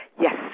Yes